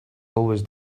always